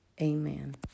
Amen